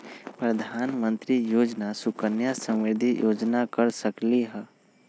प्रधानमंत्री योजना सुकन्या समृद्धि योजना कर सकलीहल?